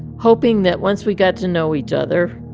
hoping that once we got to know each other,